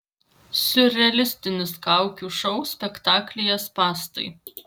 siurrealistinis kaukių šou spektaklyje spąstai